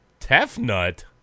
Tefnut